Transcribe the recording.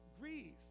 grieve